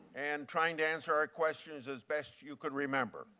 and trying to answer our questions as best you could remember.